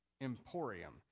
emporium